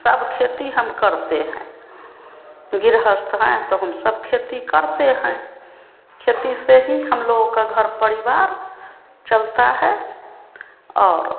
सब खेती हम करते हैं गृहस्थ हैं तो हम सब खेती करते हैं खेती से ही हम लोगों का घर परिवार चलता है और